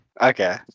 Okay